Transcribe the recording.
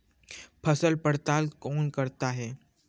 फसल पड़ताल कौन करता है?